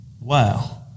wow